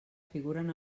figuren